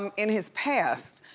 um in his past,